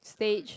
stage